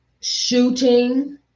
Shooting